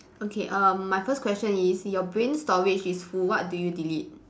okay uh my first question is your brain storage is full what do you delete